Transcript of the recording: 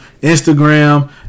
instagram